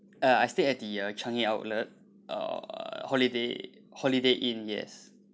uh I stayed at the uh changi outlet uh holiday holiday inn yes